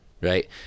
right